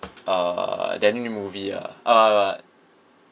uh their new movie ah uh